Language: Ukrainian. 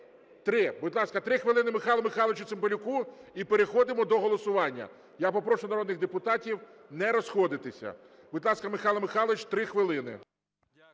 3 хвилини Михайлу Михайловичу Цимбалюку – і переходимо до голосування. Я попрошу народних депутатів не розходитися. Будь ласка, Михайло Михайлович, 3 хвилини.